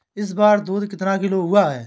इस बार दूध कितना किलो हुआ है?